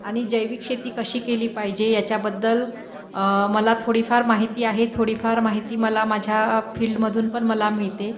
आणि जैविक शेती कशी केली पाहिजे याच्याबद्दल मला थोडीफार माहिती आहे थोडीफार माहिती मला माझ्या फील्डमधून पण मला मिळते